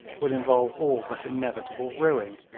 would involve all but inevitable ruin.